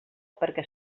perquè